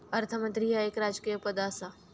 अर्थमंत्री ह्या एक राजकीय पद आसा